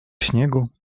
śniegu